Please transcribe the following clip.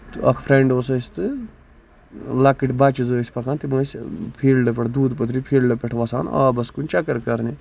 تہٕ اکھ فرینڈ اوس اَسہِ تہٕ لۄکٕٹۍ بَچہٕ زٕ ٲسۍ پَکان تِم ٲسۍ فیٖلڈٕ پٮ۪ٹھ دوٗد پَتھری فیٖڈٕ پٮ۪ٹھ وَسان آبَس کُن چَکر کرنہِ